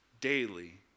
daily